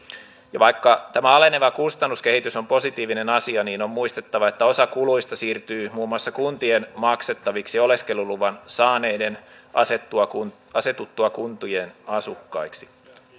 ja vaikka tämä aleneva kustannuskehitys on positiivinen asia niin on muistettava että osa kuluista siirtyy muun muassa kuntien maksettaviksi oleskeluluvan saaneiden asetuttua kuntien asukkaiksi